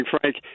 Frank